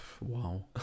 Wow